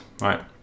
right